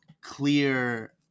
clear